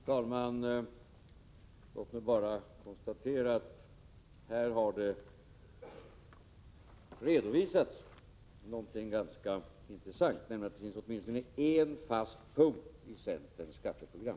Fru talman! Låt mig bara konstatera att det här har redovisats någonting ganska intressant, nämligen att det finns åtminstone en fast punkt i centerns skatteprogram.